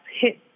hit